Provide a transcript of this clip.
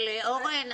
אבל אורן,